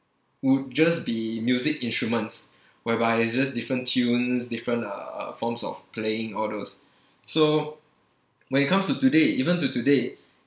would just be music instruments whereby it's just different tunes different uh uh forms of playing all those so when it comes today even to today